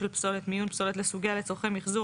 של פסולת - מיון פסולת לסוגיה לצורכי מיחזור,